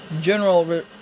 general